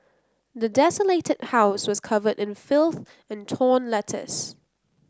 the desolated house was covered in filth and torn letters